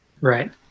right